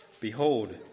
Behold